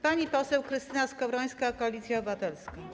Pani poseł Krystyna Skowrońska, Koalicja Obywatelska.